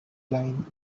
line